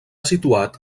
situat